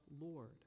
Lord